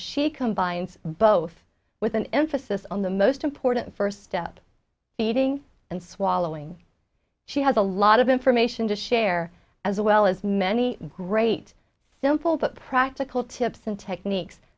she combines both with an emphasis on the most important first step eating and swallowing she has a lot of information to share as well as many great simple but practical tips and techniques